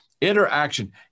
interaction